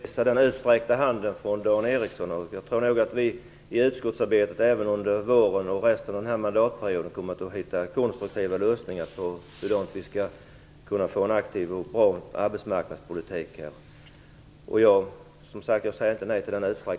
Fru talman! Jag skall inte avvisa Dan Ericssons utsträckta hand. Jag tror nog att vi i utskottsarbetet även under våren och resten av den här mandatperioden kommer att hitta konstruktiva lösningar för en så långt som möjligt aktiv och bra arbetsmarknadspolitik.